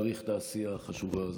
להעריך את העשייה החשובה הזאת.